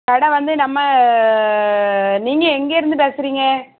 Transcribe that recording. கடை வந்து நம்ம நீங்கள் எங்கேயிருந்து பேசுகிறீங்க